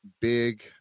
big